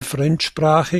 fremdsprache